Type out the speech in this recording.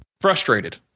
Frustrated